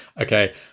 Okay